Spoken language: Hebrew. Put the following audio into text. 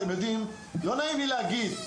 לא נעים לי להגיד,